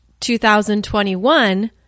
2021